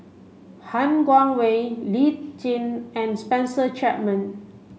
Han Guangwei Lee Tjin and Spencer Chapman